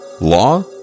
Law